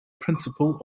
principle